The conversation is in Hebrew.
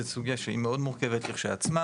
היא סוגייה שהיא מאוד מורכבת כשלעצמה